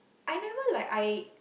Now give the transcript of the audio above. I never like I